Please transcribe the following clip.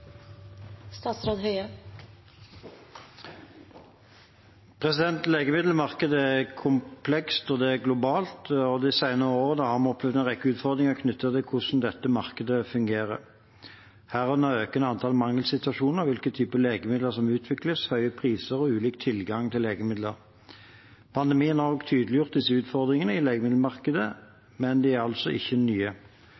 komplekst, og det er globalt. De senere årene har vi opplevd en rekke utfordringer knyttet til hvordan dette markedet fungerer – herunder økende antall mangelsituasjoner, hvilke typer legemidler som utvikles, høye priser og ulik tilgang til legemidler. Pandemien har også tydeliggjort disse utfordringene i legemiddelmarkedet,